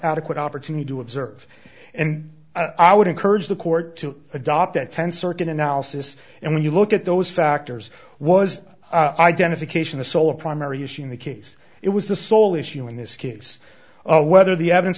adequate opportunity to observe and i would encourage the court to adopt that tenth circuit analysis and when you look at those factors was identification the sole primary issue in the case it was the sole issue in this case whether the evidence